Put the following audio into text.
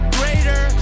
greater